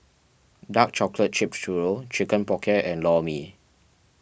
Dark Chocolate chip Churro Chicken Pocket and Lor Mee